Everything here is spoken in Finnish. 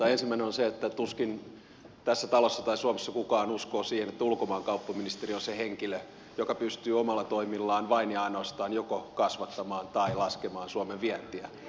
ensimmäinen on se että tuskin tässä talossa tai suomessa kukaan uskoo siihen että ulkomaankauppaministeri on se henkilö joka pystyy omilla toimillaan vain ja ainoastaan joko kasvattamaan tai laskemaan suomen vientiä